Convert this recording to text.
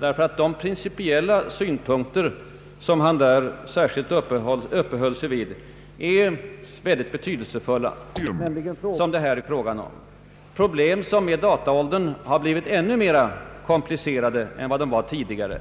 därför att de principiella synpunkter som han särskilt uppehöll sig vid är synnerligen betydelsefulla. Han underströk att riksdagen och parlamentarikerna måste ha möjlighet att påverka de utomordentligt komplicerade problem som det här är fråga om, problem som i dataåldern har blivit ännu mera komplicerade än tidigare.